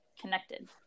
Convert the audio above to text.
connected